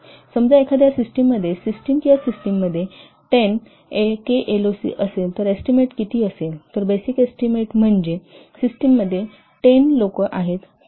0857 समजा एखाद्या सिस्टममध्ये 10 kloc असेल तर एस्टीमेट किती असेल तर बेसिक एस्टीमेट म्हणजे समजा सिस्टममध्ये 10 kloc आहे